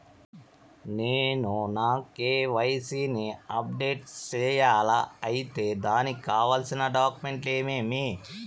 నేను నా కె.వై.సి ని అప్డేట్ సేయాలా? అయితే దానికి కావాల్సిన డాక్యుమెంట్లు ఏమేమీ?